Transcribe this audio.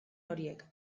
horiek